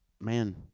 man